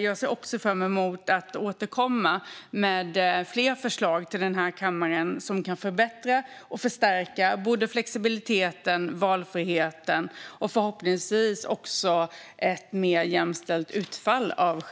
Jag ser också fram emot att återkomma med fler förslag till kammaren som kan förbättra och förstärka både flexibiliteten och valfriheten och förhoppningsvis också ge ett mer jämställt utfall av